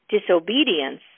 Disobedience